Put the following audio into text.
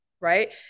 right